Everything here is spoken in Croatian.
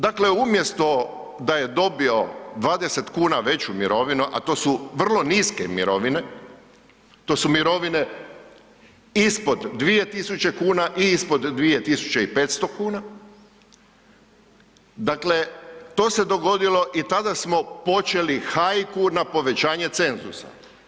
Dakle, umjesto da je dobio 20 kuna veću mirovinu, a to su vrlo niske mirovine, to su mirovine ispod 2.000 kuna i ispod 2.500 kuna, dakle to se dogodilo i tada smo počeli hajku na povećanje cenzusa.